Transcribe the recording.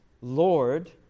Lord